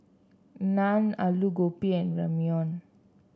Naan Alu Gobi and Ramyeon